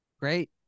Great